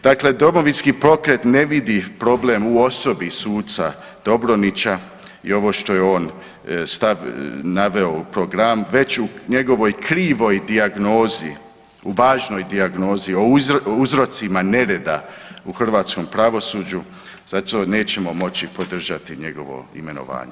Dakle, Domovinski pokret ne vidi problem u osobi suca Dobronića i ovo što je on naveo u programu, već u njegovoj krivoj dijagnozi, u važnoj dijagnozi, o uzrocima nereda u hrvatskom pravosuđu, zato nećemo moći podržati njegovo imenovanje.